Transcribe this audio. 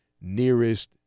nearest